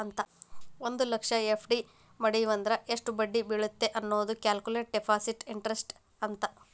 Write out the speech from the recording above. ಒಂದ್ ಲಕ್ಷ ಎಫ್.ಡಿ ಮಡಿವಂದ್ರ ಎಷ್ಟ್ ಬಡ್ಡಿ ಬೇಳತ್ತ ಅನ್ನೋದ ಕ್ಯಾಲ್ಕುಲೆಟ್ ಡೆಪಾಸಿಟ್ ಇಂಟರೆಸ್ಟ್ ಅಂತ